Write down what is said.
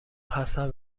هستم